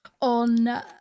on